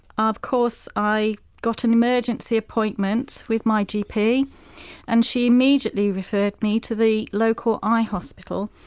of course, i got an emergency appointment with my gp and she immediately referred me to the local eye hospital.